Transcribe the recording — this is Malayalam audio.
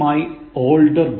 He's my older brother